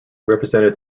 represented